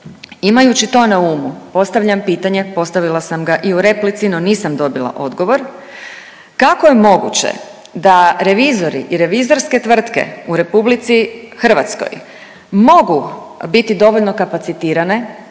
Imajući to na umu postavljam pitanje, postavila sam ga i u replici no nisam dobila odgovor. Kako je moguće da revizori i revizorske tvrtke u RH mogu biti dovoljno kapacitirane,